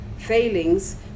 failings